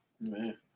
Man